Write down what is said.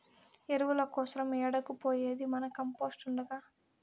ఎరువుల కోసరం ఏడకు పోయేది మన కంపోస్ట్ ఉండగా